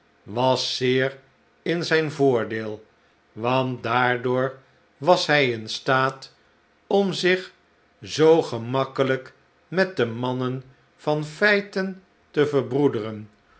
was zeer in zijn voordeel want daardoor was hij in staat om zich zoo gemakkelijk met de mannen van feiten te verbroederen